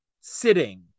sitting